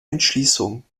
entschließung